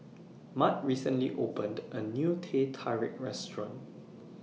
Mart recently opened A New Teh Tarik Restaurant